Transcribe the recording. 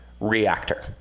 reactor